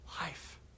Life